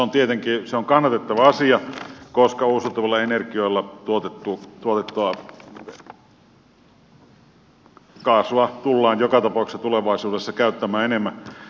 minun mielestäni se on tietenkin kannatettava asia koska uusiutuvilla energioilla tuotettua kaasua tullaan joka tapauksessa tulevaisuudessa käyttämään enemmän